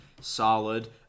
solid